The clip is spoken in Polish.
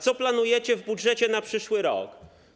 Co planujecie w budżecie na przyszły rok?